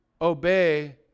obey